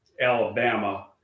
Alabama